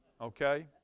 Okay